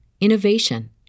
innovation